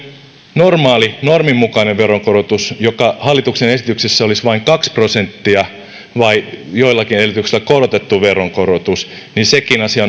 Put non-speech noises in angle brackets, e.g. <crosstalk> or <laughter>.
normaali norminmukainen veronkorotus joka hallituksen esityksessä olisi vain kaksi prosenttia vai joillakin edellytyksillä korotettu veronkorotus eli sekin asia <unintelligible>